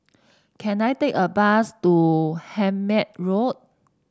can I take a bus to Hemmant Road